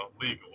legal